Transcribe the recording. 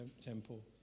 temple